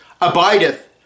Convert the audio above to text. abideth